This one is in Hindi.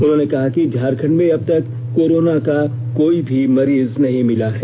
उन्होंने कहा कि झारखंड में अब तक कोरोना का कोई भी मरीज नहीं मिला है